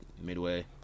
midway